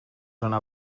zona